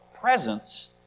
presence